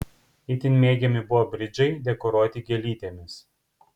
itin mėgiami buvo bridžai dekoruoti gėlytėmis